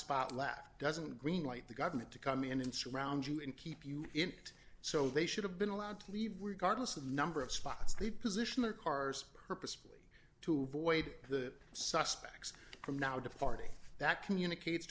spot left doesn't green light the government to come in and surround you and keep you in it so they should have been allowed to leave were guards the number of spots they position their cars purposefully to avoid the suspects from now departing that communicates